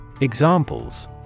Examples